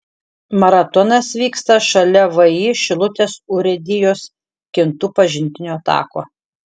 maratonas vyksta šalia vį šilutės urėdijos kintų pažintinio tako